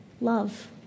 Love